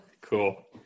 Cool